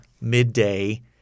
midday